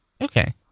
okay